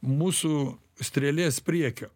mūsų strėlės priekio